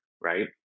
right